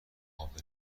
عابر